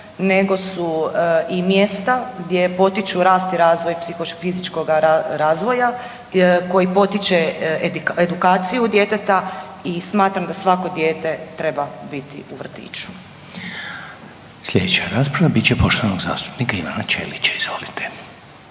nego su i mjesta gdje potiču rast i razvoj psihofizičkoga razvoja koji potiče edukaciju djeteta i smatram da svako dijete treba biti u vrtiću. **Reiner, Željko (HDZ)** Sljedeća rasprava biti će poštovanog zastupnika Ivana Ćelića. Izvolite.